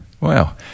Wow